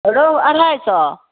रहु अढ़ाइ सए